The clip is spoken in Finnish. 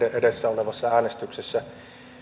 edessä olevassa äänestyksessä